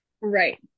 Right